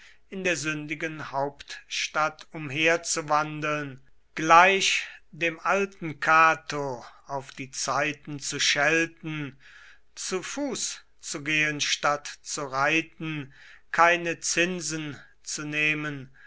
in der sündigen hauptstadt umherzuwandeln gleich dem alten cato auf die zeiten zu schelten zu fuß zu gehen statt zu reiten keine zinsen zu nehmen